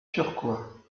turquois